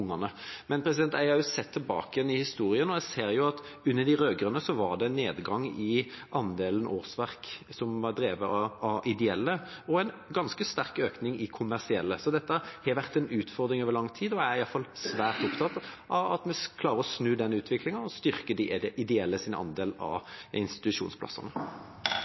Jeg har også sett tilbake i historien, og jeg ser at under de rød-grønne var det en nedgang i andelen årsverk drevet av ideelle og en ganske sterk økning i kommersielle, så dette har vært en utfordring over lang tid. Jeg er iallfall svært opptatt av at vi skal klare å snu den utviklingen og styrke de ideelles andel av institusjonsplassene.